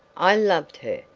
i loved her.